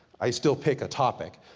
i still pick a topic.